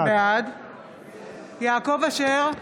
בעד יעקב אשר,